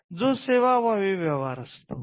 जो सेवाभावी व्यवहार असतो